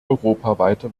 europaweite